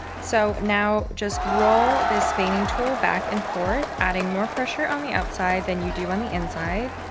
so now just roll this veining tool back and forth, adding more pressure on the outside than you do on the inside,